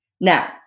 Now